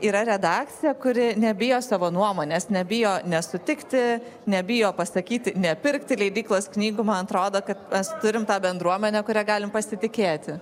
yra redakcija kuri nebijo savo nuomonės nebijo nesutikti nebijo pasakyti nepirkti leidyklos knygų man atrodo kad mes turim tą bendruomenę kuria galim pasitikėti